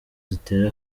zitera